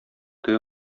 теге